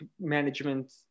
management